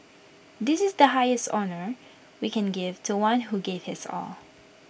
this is the highest honour we can give to one who gave his all